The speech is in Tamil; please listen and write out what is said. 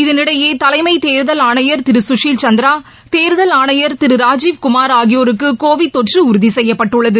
இதனிடையே தலைமை தேர்தல் ஆணையர் திரு சுசில் சந்திரா தேர்தல் ஆணையர் திரு ராஜீவ் குமார் ஆகியோருக்கு கோவிட் தொற்று உறுதி செய்யப்பட்டுள்ளது